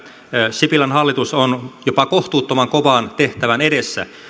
sipilän hallitus on jopa kohtuuttoman kovan tehtävän edessä